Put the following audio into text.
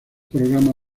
programa